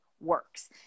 works